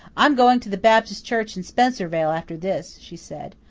i'm going to the baptist church in spencervale after this, she said.